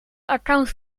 account